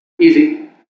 Easy